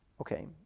Okay